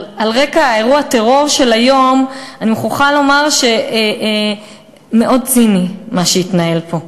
על רקע אירוע הטרור של היום אני מוכרחה לומר שמאוד ציני מה שהתנהל פה,